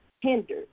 hindered